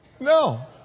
No